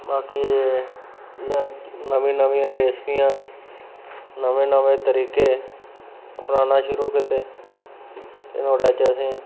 बाकी जि'यां नमियां नमियां रैस्पियां नमें नमें तरीके बनाना शुरू कीते ते नुहाड़े च असें गी